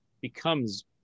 becomes